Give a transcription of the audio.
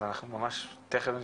אז אנחנו ממש תיכף נשמע.